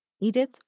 Edith